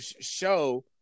show